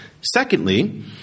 Secondly